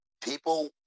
People